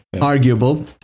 arguable